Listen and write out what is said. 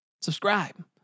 Subscribe